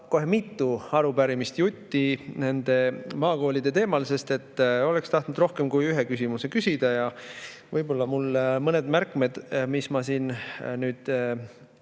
kohe mitu arupärimist jutti nende maakoolide teemal, sest et oleks tahtnud rohkem kui ühe küsimuse küsida. Võib-olla mõned märkmed, mis ma siin